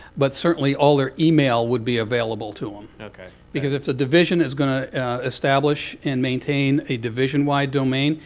but certainly, all their email would be available to them. ok. because if the division is going to establish and maintain a division-wide domain,